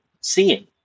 seeing